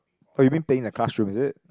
oh you mean playing in the classroom is it